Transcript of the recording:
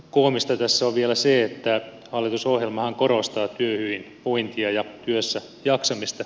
koomista tässä on vielä se että hallitusohjelmahan korostaa työhyvinvointia ja työssäjaksamista